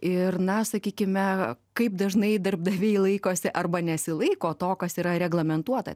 ir na sakykime kaip dažnai darbdaviai laikosi arba nesilaiko to kas yra reglamentuota